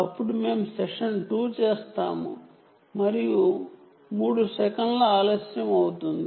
అప్పుడు మేము సెషన్ 2 మరియు 3 చేస్తాము అక్కడ 2 సెకన్ల టైం డిలే అవుతుంది